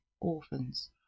Orphans